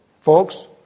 Folks